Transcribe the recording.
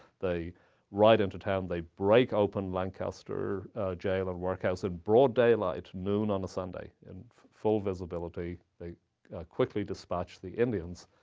they ride into town. they break open lancaster jail and workhouse in broad daylight noon on a sunday, in full visibility. they quickly dispatch the indians.